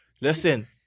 listen